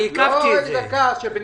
אני עיכבתי את זה.